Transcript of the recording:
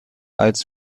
als